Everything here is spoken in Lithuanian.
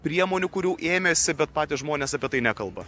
priemonių kurių ėmėsi bet patys žmonės apie tai nekalba